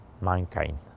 mankind